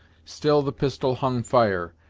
still the pistol hung fire,